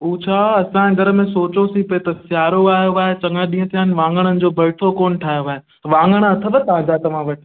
हू छा असां घर में सोचियोसीं पिए त सियारो आयो आहे चङा ॾींहं थिया आहिनि वाङणनि जो भरथो कोन ठाहियो आहे वाङण अथव ताज़ा तव्हां वटि